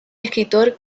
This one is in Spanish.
escritor